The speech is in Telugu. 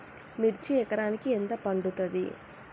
మిర్చి ఎకరానికి ఎంత పండుతది?